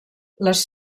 les